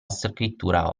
scrittura